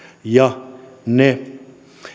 ja ne